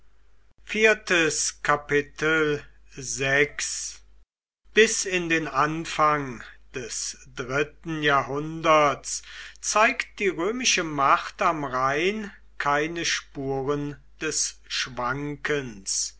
bis in den anfang des dritten jahrhunderts zeigt die römische macht am rhein keine spuren des schwankens